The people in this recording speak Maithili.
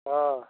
हँ